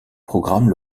programmes